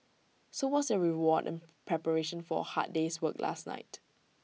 so what's their reward in preparation for A hard day's work last night